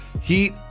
Heat